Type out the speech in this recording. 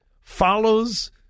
follows